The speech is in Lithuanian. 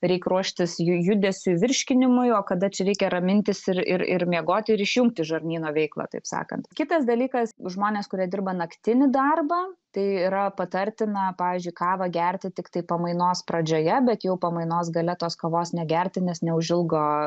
reik ruoštis jų judesiui virškinimui o kada čia reikia ramintis ir ir miegot ir išjungti žarnyno veiklą taip sakant kitas dalykas žmonės kurie dirba naktinį darbą tai yra patartina pavyzdžiui kavą gerti tiktai pamainos pradžioje bet jau pamainos gale tos kavos negerti nes neužilgo